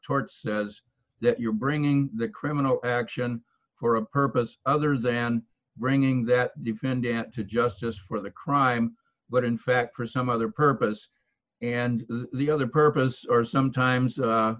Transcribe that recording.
torts says that you're bringing the criminal action for a purpose other than bringing that defendant to justice for the crime but in fact for some other purpose and the other purpose are sometimes